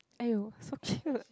!aiyo! so cute